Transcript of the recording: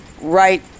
right